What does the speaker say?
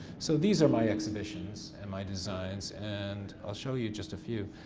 so these are my exhibitions and my designs and i'll show you just a few.